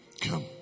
Come